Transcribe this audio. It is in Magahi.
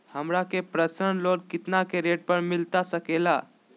हमरा के पर्सनल लोन कितना के रेट पर मिलता सके ला?